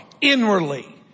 inwardly